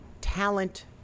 talent